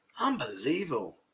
Unbelievable